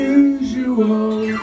unusual